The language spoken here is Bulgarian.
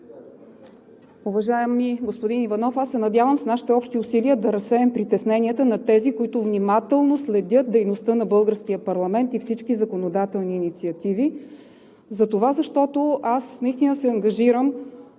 Уважаеми господин Иванов, аз се надявам с нашите общи усилия да разсеем притесненията на тези, които внимателно следят дейността на българския парламент и всички законодателни инициативи затова, защото аз наистина се ангажирам